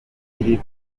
iri